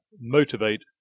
motivate